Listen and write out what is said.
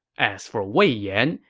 as for wei yan,